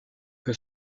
que